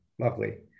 lovely